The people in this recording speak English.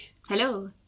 Hello